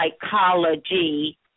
psychology